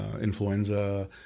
influenza